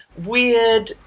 weird